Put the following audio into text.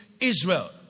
Israel